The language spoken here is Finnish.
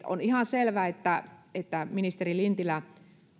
on ihan selvää ministeri lintilä että